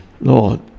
Lord